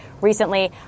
recently